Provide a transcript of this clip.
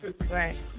Right